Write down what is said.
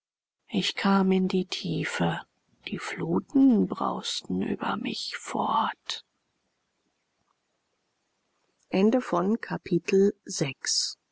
ich kam in die tiefe die fluten brausten über mich fort